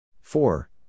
Four